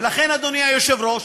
ולכן, אדוני היושב-ראש,